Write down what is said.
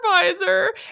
supervisor